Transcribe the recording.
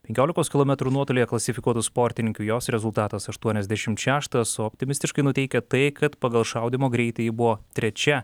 penkiolikos kilometrų nuotolyje klasifikuotų sportininkių jos rezultatas aštuoniasdešim šeštas optimistiškai nuteikia tai kad pagal šaudymo greitį ji buvo trečia